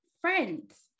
friends